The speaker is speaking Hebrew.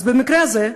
אז במקרה הזה,